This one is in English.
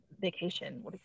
vacation